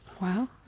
Wow